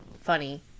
funny